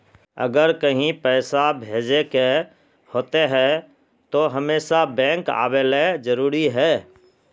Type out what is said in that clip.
अगर कहीं पैसा भेजे करे के होते है तो हमेशा बैंक आबेले जरूरी है?